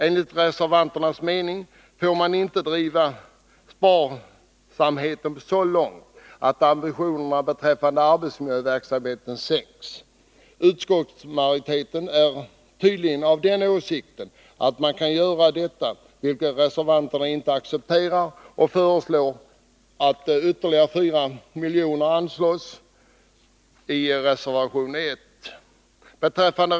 Enligt reservanternas mening får man inte driva sparsamheten så långt att ambitionerna beträffande arbetsmiljöverksamheten sänks. Utskottsmajoriteten är tydligen av den åsikten att man kan göra detta. Reservanterna accepterar inte det utan föreslår i reservation 1 att ytterligare 4 milj.kr. anslås.